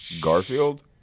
Garfield